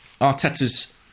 arteta's